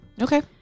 Okay